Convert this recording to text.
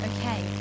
okay